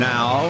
Now